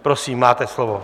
Prosím, máte slovo.